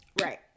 Right